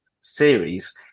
series